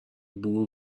بور